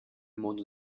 mondo